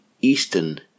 eastern